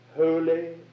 holy